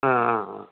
ஆ ஆ ஆ